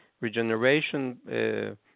Regeneration